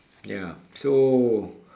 ya so